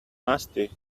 musty